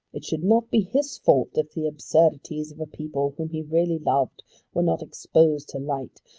it should not be his fault if the absurdities of a people whom he really loved were not exposed to light,